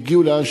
והגיעו לאן?